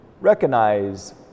recognize